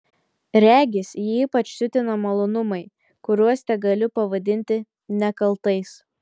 regis jį ypač siutina malonumai kuriuos tegaliu pavadinti nekaltais